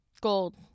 Gold